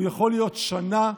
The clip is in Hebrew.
הוא יכול להיות שנה,